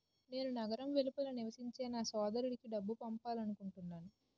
నేను నగరం వెలుపల నివసించే నా సోదరుడికి డబ్బు పంపాలనుకుంటున్నాను